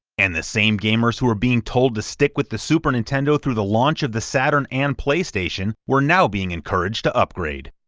and the same gamers who were being told to stick with the super nintendo through the launch of the saturn and playstation were now being encouraged to upgrade.